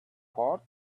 forth